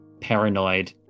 paranoid